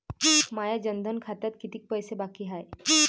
माया जनधन खात्यात कितीक पैसे बाकी हाय?